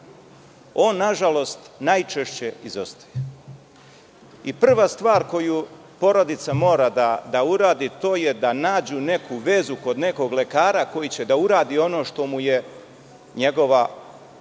Ona, nažalost, najčešće izostaje. Prva stvar koju porodica mora da uradi to je da nađu neku vezu, kod nekog lekara koji će da uradi ono što mu njegova lekarska